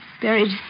buried